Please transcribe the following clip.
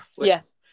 Yes